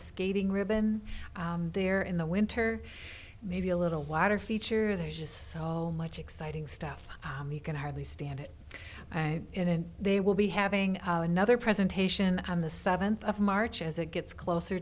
skating ribbon there in the winter maybe a little wider feature there's just so much exciting stuff you can hardly stand it i in and they will be having another presentation on the seventh of march as it gets closer